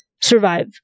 survive